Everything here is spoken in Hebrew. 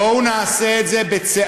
בואו נעשה את זה בצעדים,